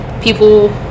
people